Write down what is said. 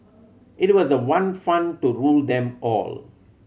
it was the one fund to rule them all